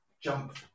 jump